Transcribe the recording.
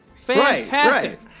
Fantastic